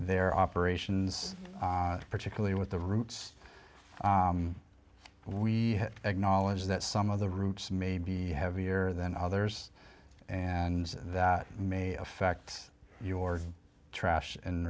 their operations particularly with the roots we acknowledge that some of the routes may be heavier than others and that may affect your trash and